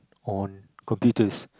on computers